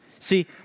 See